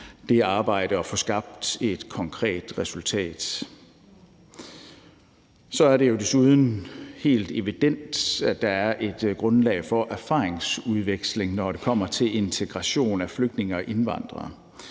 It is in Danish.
det arbejde og få skabt et konkret resultat. Så er det jo desuden helt evident, at der er et grundlag for erfaringsudveksling, når det kommer til integration af flygtninge og indvandrere.